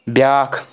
بیاکھ